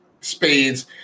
spades